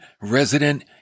resident